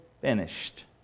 finished